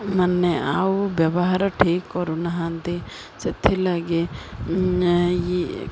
ମାନେ ଆଉ ବ୍ୟବହାର ଠିକ୍ କରୁନାହାନ୍ତି ସେଥିଲାଗି ଇଏ